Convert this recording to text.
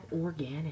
organic